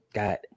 got